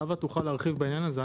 חוה תוכל להרחיב בעניין הזה.